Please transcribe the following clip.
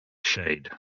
shade